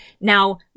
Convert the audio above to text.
now